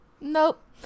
Nope